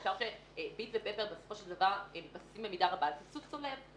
בסופו של דבר מסתמכים במידה רבה על סבסוד צולב.